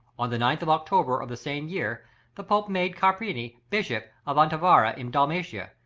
on the ninth of october of the same year the pope made carpini bishop of antivari in dalmatia,